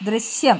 ദൃശ്യം